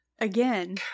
Again